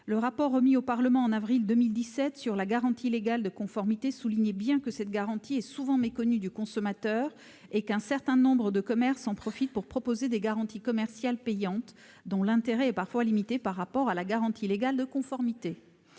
qui a été remis au Parlement en avril 2017 soulignait bien qu'elle est souvent méconnue du consommateur et qu'un certain nombre de commerces en profitent pour proposer des garanties commerciales payantes, dont l'intérêt est parfois limité par rapport à la garantie légale de conformité.